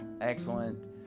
Excellent